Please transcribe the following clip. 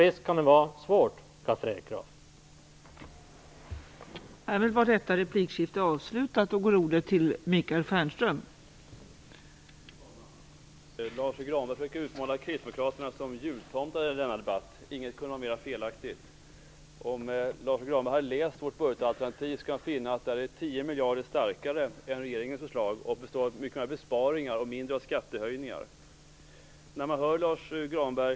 Visst kan det vara svårt, Carl Fredrik Graf.